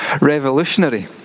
revolutionary